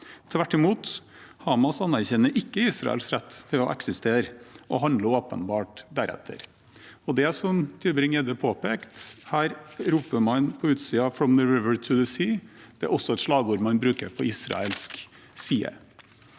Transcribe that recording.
Tvert imot, Hamas anerkjenner ikke Israels rett til å eksistere og handler åpenbart deretter. Det Tybring-Gjedde påpekte, at man på utsiden her roper «from the river to the sea», er også et slagord man bruker på israelsk side.